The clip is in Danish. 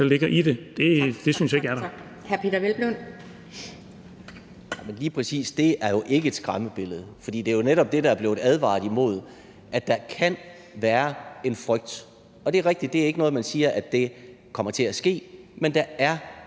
det er ikke et skræmmebillede, for det er jo netop det, der er blevet advaret imod, nemlig at der kan være en frygt, og det er rigtigt, at det ikke er noget, man siger kommer til at ske, men der er en